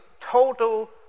total